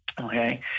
okay